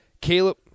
Caleb